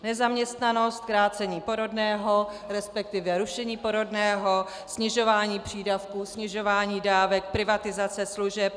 Nezaměstnanost, krácení porodného, resp. rušení porodného, snižování přídavků, snižování dávek, privatizace služeb.